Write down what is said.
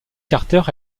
carter